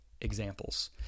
examples